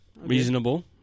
Reasonable